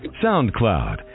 SoundCloud